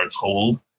told